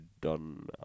done